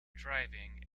driving